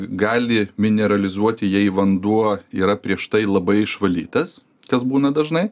gali mineralizuoti jei vanduo yra prieš tai labai išvalytas kas būna dažnai